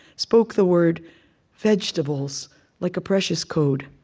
spoke the word vegetables like a precious code.